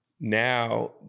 Now